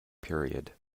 period